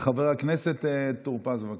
חבר הכנסת טור פז, בבקשה.